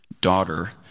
daughter